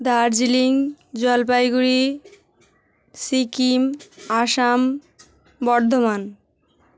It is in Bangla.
দার্জিলিং জলপাইগুড়ি সিকিম আসাম বর্ধমান